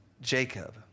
Jacob